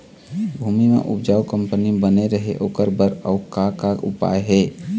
भूमि म उपजाऊ कंपनी बने रहे ओकर बर अउ का का उपाय हे?